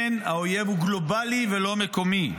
האויב הוא גלובלי ולא מקומי.